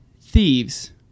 thieves